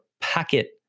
packet